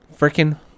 Freaking